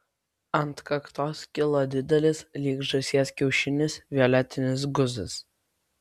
ant kaktos kilo didelis lyg žąsies kiaušinis violetinis guzas